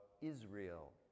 Israel